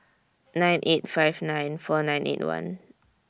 nine eight five nine four nine eight one